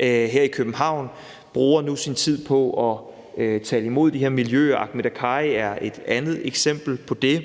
her i København, bruger nu sin tid på at tale imod de her miljøer. Ahmed Akkari er et andet eksempel på det.